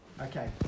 Okay